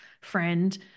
friend